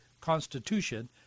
Constitution